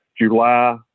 July